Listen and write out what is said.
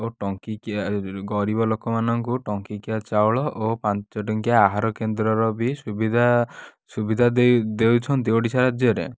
ଓ ଟଙ୍କିକିଆ ଗରିବ ଲୋକମାନଙ୍କୁ ଟଙ୍କିକିଆ ଚାଉଳ ଓ ପାଞ୍ଚ ଟଙ୍କିଆ ଆହାର କେନ୍ଦ୍ରର ବି ସୁବିଧା ସୁବିଧା ଦେଇ ଦେଉଛନ୍ତି ଓଡ଼ିଶା ରାଜ୍ୟରେ